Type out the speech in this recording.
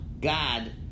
God